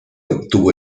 obtuvo